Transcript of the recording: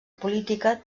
política